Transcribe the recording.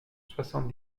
soixante